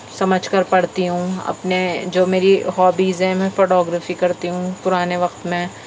سمجھ کر پڑھتی ہوں اپنے جو میری ہابیز ہیں میں فوٹوگرافی کرتی ہوں پرانے وقت میں